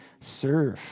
serve